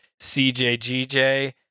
CJGJ